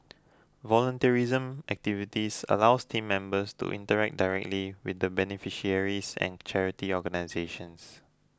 volunteerism activities allows team members to interact directly with the beneficiaries and charity organisations